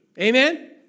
Amen